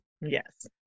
Yes